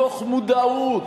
מתוך מודעות,